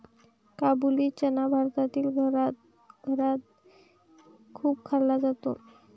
काबुली चना भारतातील घराघरात खूप खाल्ला जातो